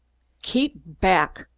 keep back!